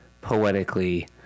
poetically